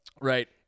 Right